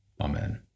Amen